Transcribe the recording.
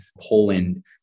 Poland